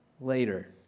later